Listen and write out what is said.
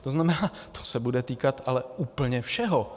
To znamená, to se bude týkat ale úplně všeho.